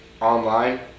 online